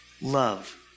love